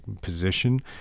position